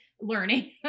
learning